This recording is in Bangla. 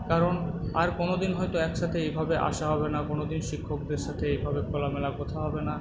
কারণ আর কোনো দিন হয়তো একসাথে এইভাবে আসা হবে না কোনো দিন শিক্ষকদের সাথে এভাবে খোলা মেলা কথা হবে না